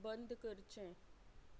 बंद करचें